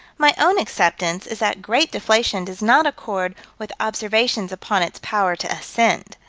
my own acceptance is that great deflation does not accord with observations upon its power to ascend.